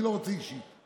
אני לא רוצה אישית,